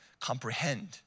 comprehend